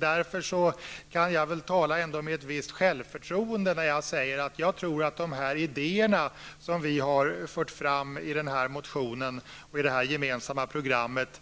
Därför kan jag tala med ett visst självförtroende när jag säger att jag tror att de idéer som vi har fört fram i den motionen och i det gemensamma programmet